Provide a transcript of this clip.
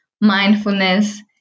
mindfulness